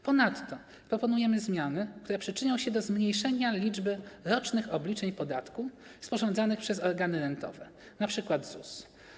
Ponadto proponujemy zmiany, które przyczynią się do zmniejszenia liczby rocznych obliczeń podatku sporządzanych przez organy rentowe, np. ZUS.